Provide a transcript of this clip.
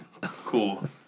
Cool